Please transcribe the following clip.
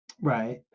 right